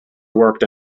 worked